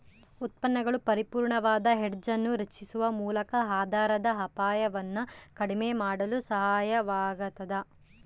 ಉತ್ಪನ್ನಗಳು ಪರಿಪೂರ್ಣವಾದ ಹೆಡ್ಜ್ ಅನ್ನು ರಚಿಸುವ ಮೂಲಕ ಆಧಾರದ ಅಪಾಯವನ್ನು ಕಡಿಮೆ ಮಾಡಲು ಸಹಾಯವಾಗತದ